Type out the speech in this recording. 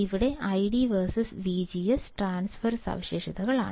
ഇവിടെ ID versus VGS transfer സ്വഭാവസവിശേഷതകളാണ്